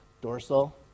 dorsal